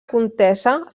comtessa